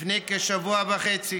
לפני כשבוע וחצי